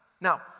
Now